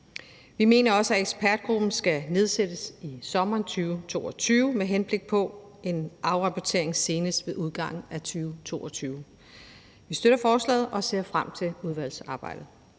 Vi mener også, at ekspertgruppen skal nedsættes i sommeren 2022 med henblik på en afrapportering senest ved udgangen af 2022. Vi støtter forslaget og ser frem til udvalgsarbejdet.